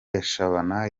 gashabana